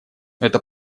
это